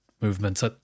movements